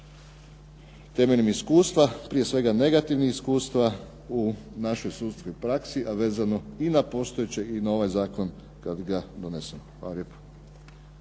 temeljem iskustva. Prije svega negativnih iskustva u našoj sudskoj praksi, a vezano i na postojeće i na ovaj zakon kad ga donesemo. Hvala lijepo.